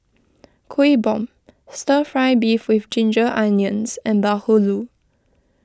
Kuih Bom Stir Fry Beef with Ginger Onions and Bahulu